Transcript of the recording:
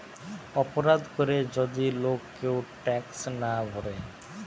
অপরাধ করে যদি লোক কেউ ট্যাক্স না ভোরে